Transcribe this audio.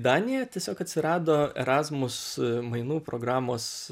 danija tiesiog atsirado erazmus mainų programos